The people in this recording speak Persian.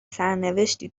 سرنوشتی